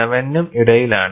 7 നും ഇടയിലാണ്